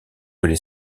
les